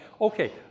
Okay